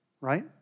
Right